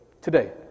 Today